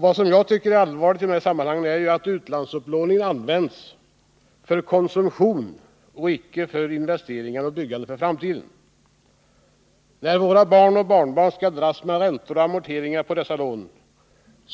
Vad som är allvarligt i de här sammanhangen är att utlandsupplåningen används för konsumtion och icke till investeringar och byggande för framtiden. När våra barn och barnbarn dras med räntor och amorteringar på dessa lån,